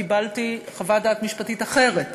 קיבלתי חוות דעת משפטית אחרת,